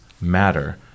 matter